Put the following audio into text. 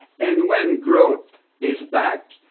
and when growth is back,